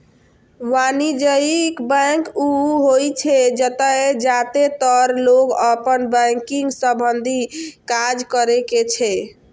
वाणिज्यिक बैंक ऊ होइ छै, जतय जादेतर लोग अपन बैंकिंग संबंधी काज करै छै